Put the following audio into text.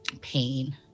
pain